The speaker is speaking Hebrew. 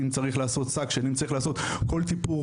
אם צריך לעשות שאיבה אם צריך לעשות כל טיפול